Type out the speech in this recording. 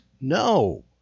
no